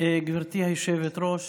גברתי היושבת-ראש,